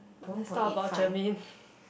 let's talk about Germaine